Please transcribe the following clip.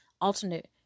alternate